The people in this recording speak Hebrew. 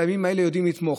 בימים האלה יודעים לתמוך.